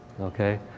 okay